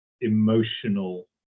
emotional